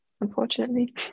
unfortunately